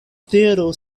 tero